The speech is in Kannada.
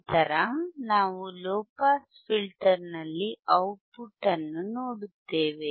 ನಂತರ ನಾವು ಲೊ ಪಾಸ್ ಫಿಲ್ಟರ್ನಲ್ಲಿ ಔಟ್ಪುಟ್ ಅನ್ನು ನೋಡುತ್ತೇವೆ